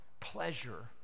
pleasure